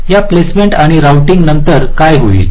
या प्लेसमेंट आणि रोऊटिंग नंतर काय होईल